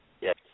Yes